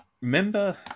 Remember